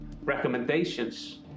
recommendations